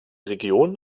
region